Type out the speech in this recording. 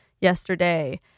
yesterday